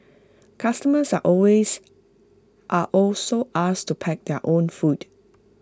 customers are always are also asked to pack their own food